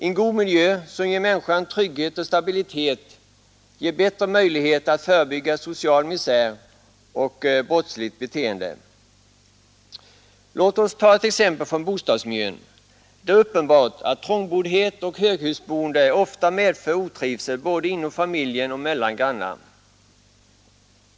En god miljö, som ger människan trygghet och stabilitet, ger bättre möjligheter att förebygga social misär och brottsligt beteende. Låt oss ta exempel från bostadsmiljön. Det är uppenbart att trångboddhet och höghusboende ofta medför otrivsel både inom familjen och mellan grannar.